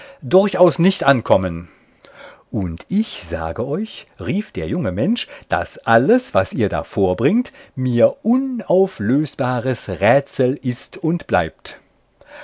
durchaus nicht ankommen und ich sage euch rief der junge mensch daß alles was ihr da vorbringt mir unauflösbares rätsel ist und bleibt